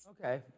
Okay